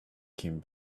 came